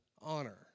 honor